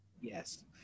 Yes